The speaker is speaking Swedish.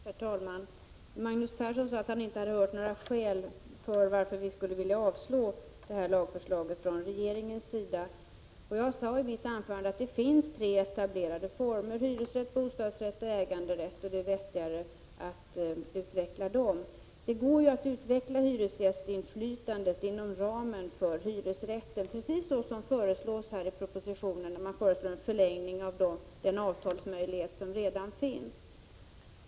Herr talman! Magnus Persson sade att han inte hade fått veta vilka skälen var till att vi vill avslå regeringens lagförslag. Jag sade i mitt anförande att det finns tre etablerade former, hyresrätt, bostadsrätt och äganderätt, och att det är vettigare att utveckla dessa. Det går ju att, precis såsom föreslås i propositionen, utveckla hyresgästinflytandet inom ramen för hyresrätten. Regeringen föreslår ju en förlängning av den avtalsmöjlighet som redan finns.